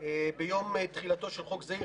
ביום תחילתו של חוק זה,